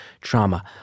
trauma